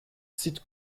zieht